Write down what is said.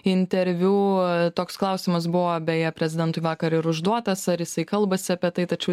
interviu toks klausimas buvo beje prezidentui vakar ir užduotas ar jisai kalbasi apie tai tačiau